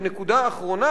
ונקודה אחרונה,